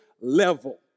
level